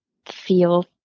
Feel